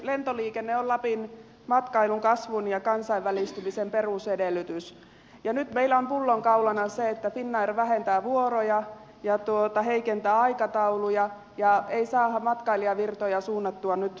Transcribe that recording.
lentoliikenne on lapin matkailun kasvun ja kansainvälistymisen perusedellytys ja nyt meillä on pullonkaulana se että finnair vähentää vuoroja ja heikentää aikatauluja ja ei saada matkailijavirtoja suunnattua lappiin